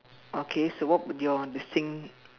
okay so what would your distinct